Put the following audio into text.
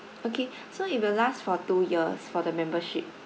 okay so it will last for two years for the membership